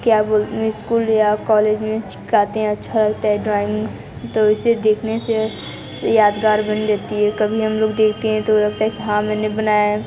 क्या बोल स्कूल या कॉलेज में चिपकाते हैं अच्छा लगता है ड्राॅइंग तो उसे देखने से से यादगार बनी रहती है कभी हम लोग देखते हैं तो लगता है कि हाँ मैंने बनाया है